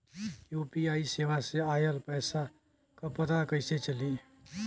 UPI सेवा से ऑयल पैसा क पता कइसे चली?